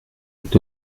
peut